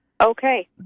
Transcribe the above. Okay